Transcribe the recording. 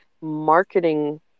marketing